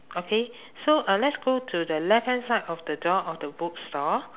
okay so uh let's go to the left hand side of the door of the bookstore